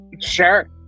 sure